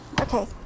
okay